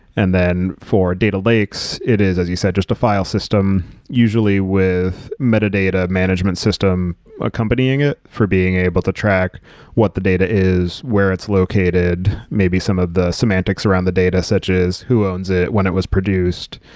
and then for data lakes, it is as, as you said, just a file system usually with metadata management system accompanying it for being able to track what the data is, where it's located, maybe some of the semantics around the data, such as who owns it, when it was produced.